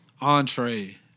entree